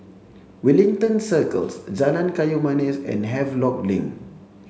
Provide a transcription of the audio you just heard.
Wellington Circles Jalan Kayu Manis and Havelock Link